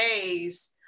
days